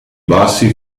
bassi